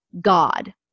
God